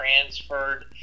transferred